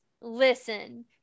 listen